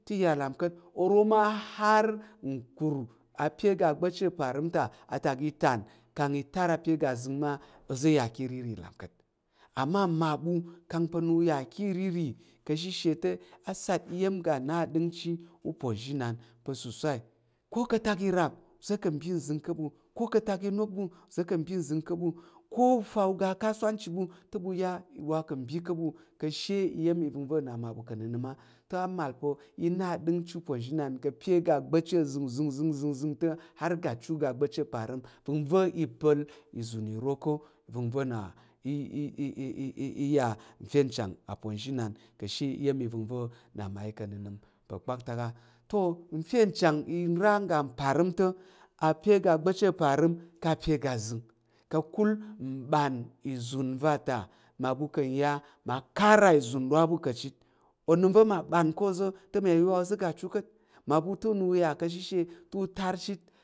Ti ya lam ka̱t oro mma har nkur apye ga agba̱pchi aparəm ta atak itəm kang i tar a pye aga zəng ma oza̱ ya ka̱ riri lam ka̱t ama mmaaɓu ka̱ pa̱ na ya ki riri ka̱ shishe te asat iya̱m ga va aɗəngchi upouthima pasosai ko katak i ram uza̱ ka̱ ɓi nzəng ka̱ ɓu ko ka̱ atak inok ɓu ozo ka bi uzing ka̱ ɓu ko u fa uga a kasuwa chit ɓu te ɓu ya wa ka̱ bi ka̱ ɓu ka̱ she iya̱m iva̱ngva̱ na mmaɓu ka̱ nənəm te amal pa̱ i na aɗəngchi uponzhinan ka̱ pye ga gbapchi azəng zəng zəng ta har ga chu ga gbapchi aparəm vəngva̱ i pal izun iro ka̱ va̱ngnva na ya ucha na uponzhinan ka̱ she iya̱m vəngnva̱ na mmayi ka̱ nənəm pal kpaktak a ta nfe chang nra ngga panim to a pye ga baciparim ka pye ya zing kakul nban uzum vata ma ɓa ka̱ ya ma kara izun ro á ɓu ko chit onəm va̱ mma ɓan ko oza̱ te oma ya wa oza̱ ga chu ka̱t mmaɓu te na ya ka̱ shishe ta tar chit pa̱